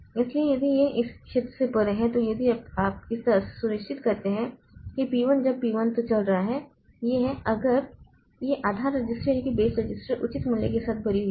इसलिए यदि यह इस क्षेत्र से परे है तो यदि आप इस तरह से यह सुनिश्चित करते हैं कि P 1 जब P 1 तो चल रहा है यह है अगर यह आधार रजिस्टर उचित मूल्य के साथ भरी हुई है